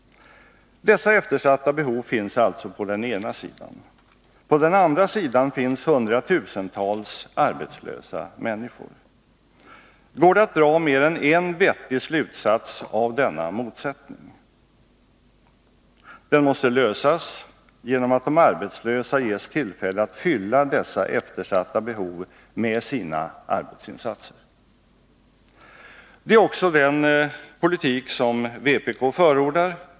Dessa eftersatta behov finns på den ena sidan. På den andra sidan finns hundratusentals arbetslösa människor. Går det att dra mer än en vettig slutsats av denna motsättning? En lösning måste åstadkommas genom att de arbetslösa ges tillfälle att fylla dessa eftersatta behov med sina arbetsinsatser. Det är också den politik som vpk förordar.